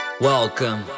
Welcome